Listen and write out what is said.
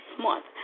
month